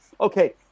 okay